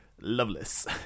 loveless